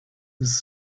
his